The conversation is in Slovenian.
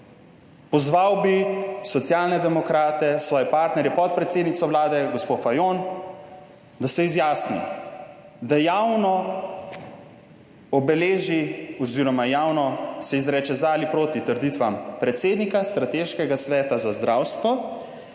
pozval bi Socialne demokrate, svoje partnerje, podpredsednico Vlade gospo Fajon, da se izjasni, da javno obeleži oziroma javno se izreče za ali proti trditvam predsednika Strateškega sveta za zdravstvo,